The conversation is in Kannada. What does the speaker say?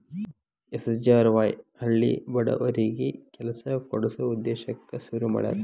ಎಸ್.ಜಿ.ಆರ್.ವಾಯ್ ಹಳ್ಳಿ ಬಡವರಿಗಿ ಕೆಲ್ಸ ಕೊಡ್ಸ ಉದ್ದೇಶಕ್ಕ ಶುರು ಮಾಡ್ಯಾರ